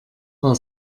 war